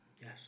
Yes